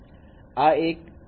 આ એક 2 dimensional function છે